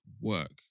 Work